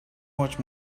much